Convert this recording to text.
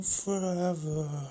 forever